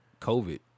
COVID